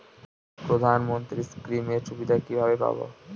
প্রধানমন্ত্রী স্কীম এর সুবিধা কিভাবে পাবো?